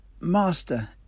master